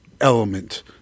element